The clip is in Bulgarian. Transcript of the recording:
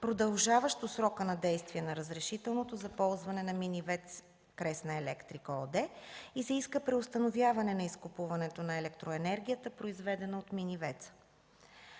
продължаващо срока на действие на разрешителното за ползване на мини ВЕЦ „Кресна Електрик” ООД и се иска преустановяване на изкупуването на електроенергията, произведена от мини